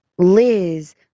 Liz